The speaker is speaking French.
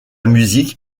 musique